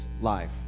life